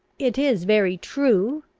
it is very true,